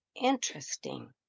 Interesting